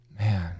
Man